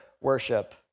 worship